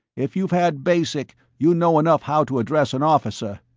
if you've had basic, you know enough how to address an officer.